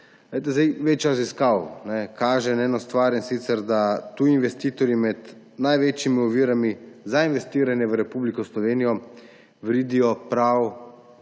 Več raziskav kaže na eno stvar, in sicer da tuji investitorji med največjimi ovirami za investiranje v Republiko Slovenijo vidijo na